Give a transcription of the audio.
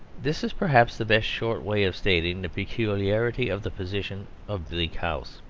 this is perhaps the best short way of stating the peculiarity of the position of bleak house.